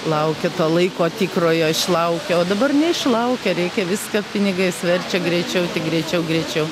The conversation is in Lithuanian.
laukia to laiko tikrojo išlaukia o dabar neišlaukia reikia viską pinigais verčia greičiau greičiau greičiau